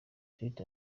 swift